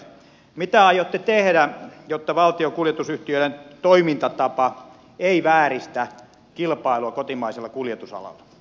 mitä aiotte tehdä jotta valtion kuljetusyhtiöiden toimintatapa ei vääristä kilpailua kotimaisella kuljetusalalla